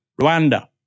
Rwanda